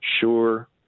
sure